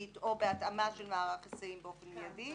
או בהתאמה של מערך היסעים באופן מיידי.